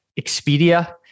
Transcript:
Expedia